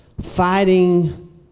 Fighting